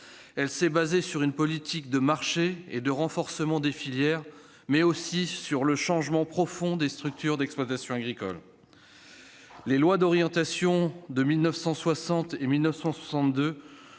non seulement sur une politique de marché et de renforcement des filières, mais aussi sur un changement profond des structures d'exploitation agricole. Les lois d'orientation de 1960 et 1962